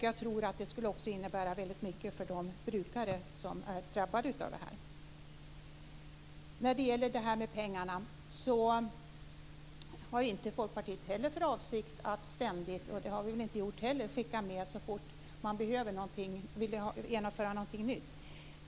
Jag tror att det också skulle innebära väldigt mycket för de brukare som är drabbade av detta. Folkpartiet har inte heller för avsikt att ständigt, och det har vi väl inte gjort heller, skicka med pengar så fort man behöver genomföra någonting nytt.